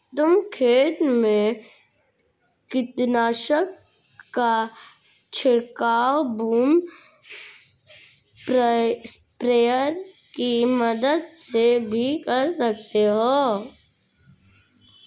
तुम खेत में कीटनाशक का छिड़काव बूम स्प्रेयर की मदद से भी कर सकते हो